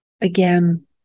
again